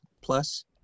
plus